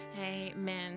Amen